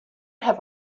have